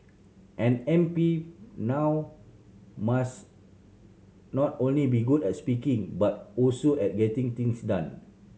an M P now must not only be good at speaking but also at getting things done